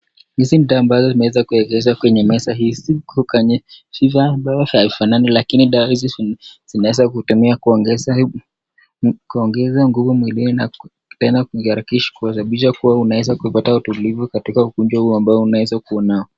Hizi ni dawa ambazo zimewezwa kuegezwa kwenye meza hizi, sifa ambayo haifanani lakini dawa hizi zinaweza kuitumia kwa kuongeza nguvu mwilini, tena kuakisha kuwa utapata utulivu katika ugonjwa ambao unaweza kuwa nao.